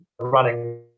running